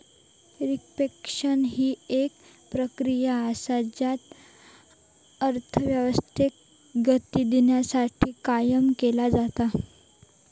reflection हि एक प्रक्रिया असा ज्यात अर्थव्यवस्थेक गती देवसाठी काम केला जाता